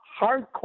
hardcore